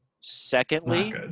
Secondly